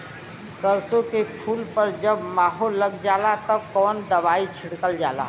सरसो के फूल पर जब माहो लग जाला तब कवन दवाई छिड़कल जाला?